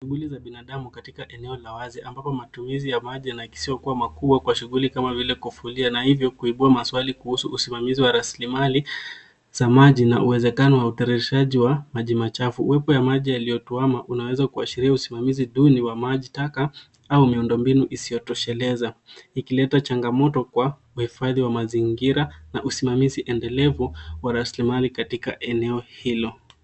Shughuli za binadamu katika maeneo la wazi ambapo matumizi ya maji yanaakisiwa kuwa makubwa kwa shughuli kama vile kufulia na hivyo kuibua maswali kuhusu usimamizi wa raslimali za maji na uwezekano wa uteremshaji wa maji machafu. Uwepo ya maji yaliyo tuama unaweza ukaashiria usimamizi duni wa maji taka au miundo mbinu isiyo tosheleza . Ikileta changamoto kwa uhifadhi wa mazingira na usimamizi endelevu wa raslimali katika eneo hilo.